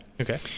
Okay